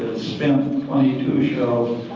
spent twenty two shells